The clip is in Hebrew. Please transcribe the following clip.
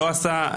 לא עשה.